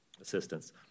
assistance